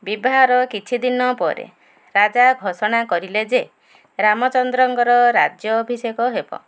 ବିବାହ କିଛି ଦିନ ପରେ ରାଜା ଘୋଷଣା କରିଲେ ଯେ ରାମଚନ୍ଦ୍ରଙ୍କର ରାଜ୍ୟ ଅଭିିଷେକ ହେବ